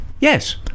yes